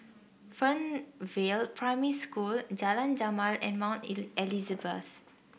Fernvale Primary School Jalan Jamal and Mount Elizabeth